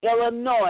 Illinois